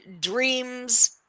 dreams